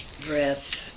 breath